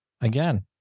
again